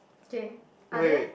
okay are there